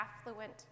affluent